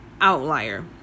Outlier